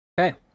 Okay